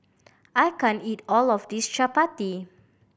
I can't eat all of this Chapati